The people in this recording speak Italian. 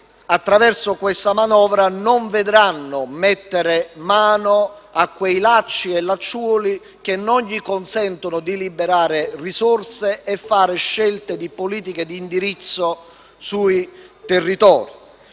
attraverso questa manovra, non vedranno mettere mano a quei lacci e lacciuoli che gli impediscono di liberare risorse e di fare scelte politiche di indirizzo sui territori.